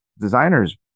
designers